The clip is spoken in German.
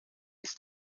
ist